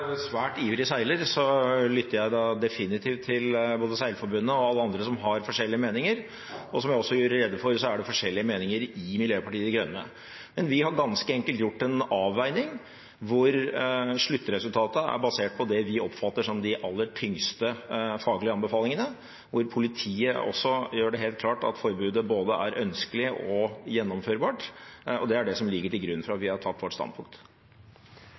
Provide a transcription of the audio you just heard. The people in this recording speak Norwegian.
svært ivrig seiler lytter jeg definitivt til både Seilforbundet og alle andre som har forskjellige meninger. Som jeg også gjorde rede for, er det forskjellige meninger i Miljøpartiet De Grønne. Vi har ganske enkelt gjort en avveining, der sluttresultatet er basert på det vi oppfatter som de aller tyngste faglige anbefalingene, og der politiet også gjør det helt klart at forbudet er både ønskelig og gjennomførbart. Det er det som ligger til grunn for vårt standpunkt.